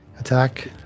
attack